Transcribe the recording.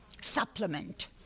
supplement